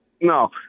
No